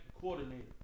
coordinator